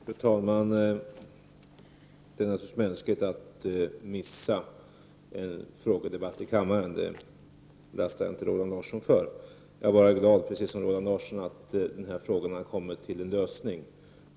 Fru talman! Det är naturligtvis mänskligt att missa en frågedebatt i kammaren, det lastar jag inte Roland Larsson för. Jag är, liksom Roland Larsson, glad över att de här problemen har fått en lösning.